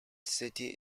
city